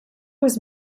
was